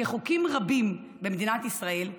כחוקים רבים במדינת ישראל,